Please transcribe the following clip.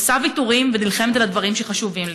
עושה ויתורים ונלחמת על הדברים שחשובים לי.